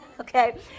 okay